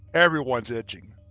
everyone's itching.